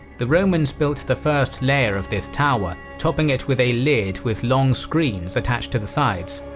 the romans built the first layer of this tower, topping it with a lid with long screens attached to the sides.